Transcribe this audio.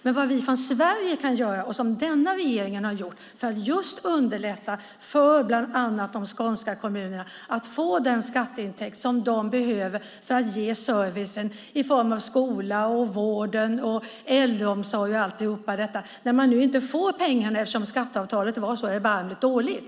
Vad kan då vi från Sverige göra för att underlätta för bland andra de skånska kommunerna att få den skatteintäkt som de behöver för att ge service i form av skola, vård, äldreomsorg och allt detta när de nu inte får pengarna eftersom skatteavtalet var så erbarmligt dåligt?